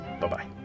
Bye-bye